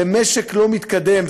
למשק לא מתקדם.